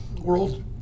world